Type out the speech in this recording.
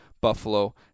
Buffalo